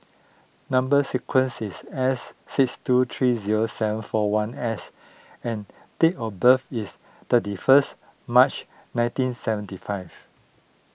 Number Sequence is S six two three zero seven four one S and date of birth is thirty first March nineteen seventy five